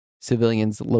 civilians